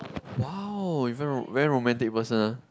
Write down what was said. !wow! you are very romantic person